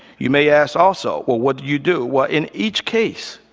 you may ask also, well, what do you do? well, in each case,